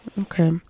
Okay